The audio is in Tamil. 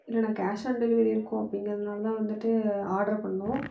இல்லை நான் கேஷ் ஆன் டெலிவரி இருக்கும் அப்படிங்கிறதுனால தான் வந்துட்டு ஆட்ரு பண்ணிணோம்